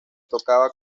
tocaba